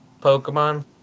Pokemon